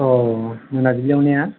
औ मोनाबिलियाव ने